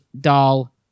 doll